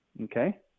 Okay